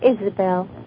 Isabel